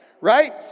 Right